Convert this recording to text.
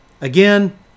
again